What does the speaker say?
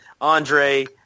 Andre